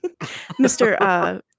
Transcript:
Mr